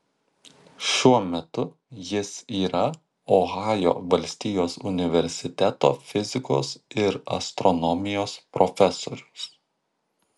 šiuo metu jis yra ohajo valstijos universiteto fizikos ir astronomijos profesorius